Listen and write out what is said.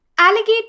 Alligator